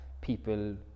people